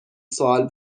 سوال